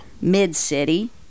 Mid-city